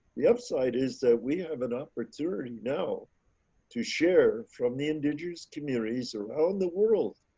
the upside is that we have enough for touring now to share from the indigenous communities around the world.